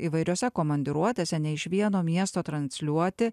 įvairiose komandiruotėse ne iš vieno miesto transliuoti